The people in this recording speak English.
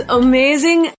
amazing